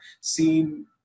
seen